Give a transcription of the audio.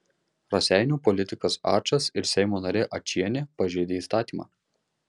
raseinių politikas ačas ir seimo narė ačienė pažeidė įstatymą